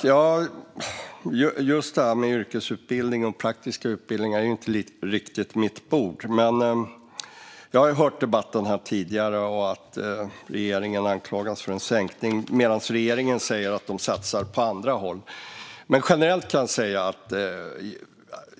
Fru talman! Yrkesutbildningar och praktiska utbildningar är inte riktigt mitt bord, men jag har ju hört debatten här tidigare och att regeringen anklagas för en sänkning. Regeringen säger däremot att de satsar på andra håll. Generellt kan jag säga att